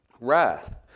wrath